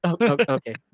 Okay